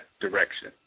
direction